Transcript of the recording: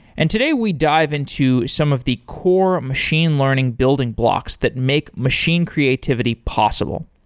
and today, we dive into some of the core machine learning building blocks that make machine creativity possible.